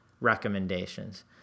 recommendations